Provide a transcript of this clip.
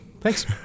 Thanks